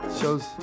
Shows